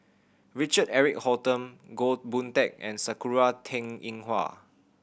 Richard Eric Holttum Goh Boon Teck and Sakura Teng Ying Hua